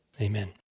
Amen